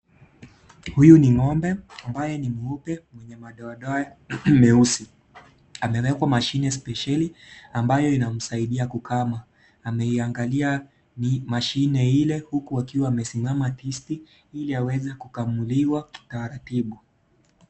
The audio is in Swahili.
Huyu ni ng'ombe ambaye ni mweupe mwenye madoa doa meusi amewekwa mashine spesheli ambayo inamsaidia kukama ameiangalia mashine ile huku akiwa amesimama tisti ili aweze kukamuliwa taratibu.